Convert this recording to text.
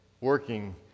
working